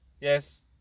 Yes